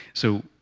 so,